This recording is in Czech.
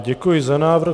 Děkuji za návrh.